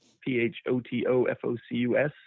P-H-O-T-O-F-O-C-U-S